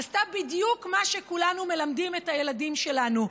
עשתה בדיוק מה שכולנו מלמדים את הילדים שלנו,